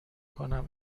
کنم